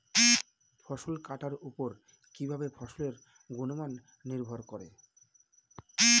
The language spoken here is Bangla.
ফসল কাটার উপর কিভাবে ফসলের গুণমান নির্ভর করে?